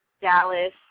Dallas